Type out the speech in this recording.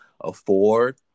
afford